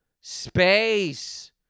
Space